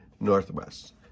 northwest